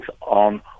on